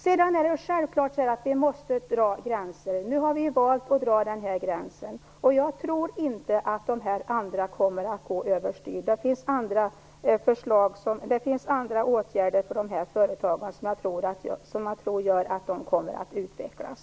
Det är självklart att vi måste dra gränser. Vi har valt att dra den här gränsen, och jag tror inte att de företag som Isa Halvarsson talade om kommer att gå över styr. Det finns andra åtgärder för de här företagen som jag tror gör att de kommer att utvecklas.